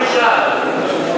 לא נשארה.